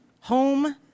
Home